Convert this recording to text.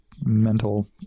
mental